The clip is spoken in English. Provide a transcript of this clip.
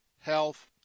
health